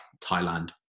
Thailand